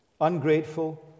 ungrateful